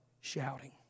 shouting